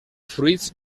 fruits